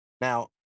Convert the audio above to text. now